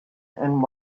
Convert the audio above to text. and